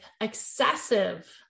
excessive